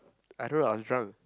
I don't know I was drunk